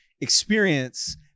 experience